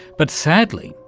but sadly,